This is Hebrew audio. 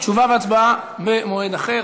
תשובה והצבעה במועד אחר.